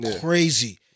crazy